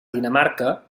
dinamarca